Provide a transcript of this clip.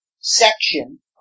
section